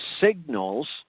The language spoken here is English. signals